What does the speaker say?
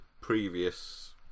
previous